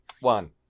one